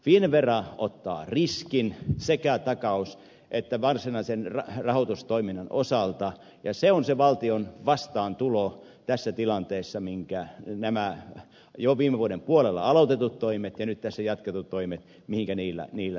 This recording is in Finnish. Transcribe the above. finnvera ottaa riskin sekä takaus että varsinaisen rahoitustoiminnan osalta ja se on se valtion vastaantulo tässä tilanteessa mihin nämä jo viime vuoden puolella aloitetut toimet ja nyt tässä jatketut toimet tähtäävät